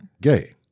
gay